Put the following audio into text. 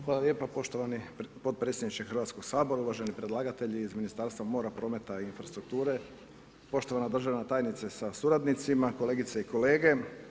Hvala lijepa poštovani potpredsjedniče Hrvatskog sabora, uvaženi predlagatelji iz Ministarstva mora, prometa i infrastrukture, poštovana državna tajnice sa suradnicima, kolegice i kolege.